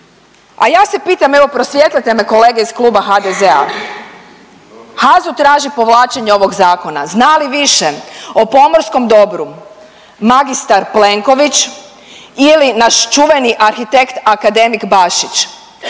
a ja se pitam evo prosvijetlite me kolege iz Kluba HDZ-a, HAZU tražio povlačenje ovog zakona, zna li više o pomorskom dobru magistar Plenković ili naš čuveni arhitekt akademik Bašić?